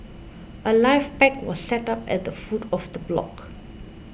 a life pack was set up at the foot of the block